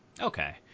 okay